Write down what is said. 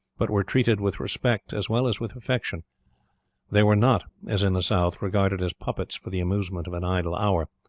but were treated with respect as well as with affection they were not, as in the south, regarded as puppets for the amusements of an idle hour,